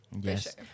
yes